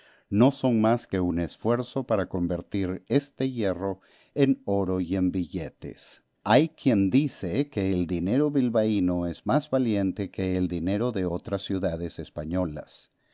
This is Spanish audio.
no son más que un esfuerzo para convertir este hierro en oro y en billetes hay quien dice que el dinero bilbaíno es más valiente que el dinero de otras ciudades españolas